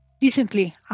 Decently